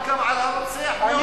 אבל גם על הרוצח מאוסלו,